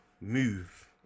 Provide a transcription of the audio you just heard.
move